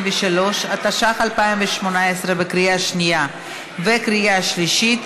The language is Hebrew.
123), התשע"ח 2018, בקריאה שנייה וקריאה שלישית.